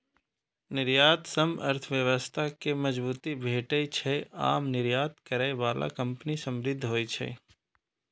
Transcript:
निर्यात सं अर्थव्यवस्था कें मजबूती भेटै छै आ निर्यात करै बला कंपनी समृद्ध होइ छै